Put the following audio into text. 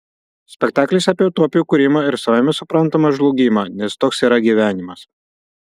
spektaklis apie utopijų kūrimą ir savaime suprantama žlugimą nes toks yra gyvenimas